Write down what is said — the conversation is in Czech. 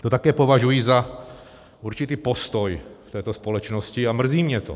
To také považuji za určitý postoj této společnosti a mrzí mě to.